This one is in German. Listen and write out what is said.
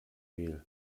mehl